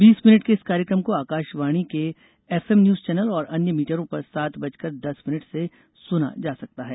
बीस मिनट के इस कार्यक्रम को आकाशवाणी के एफ एम न्यूज चैनल और अन्य मीटरों पर सात बजकर दस मिनट से सुना जा सकता है